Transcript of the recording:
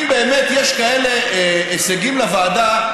אם באמת יש כאלה הישגים לוועדה,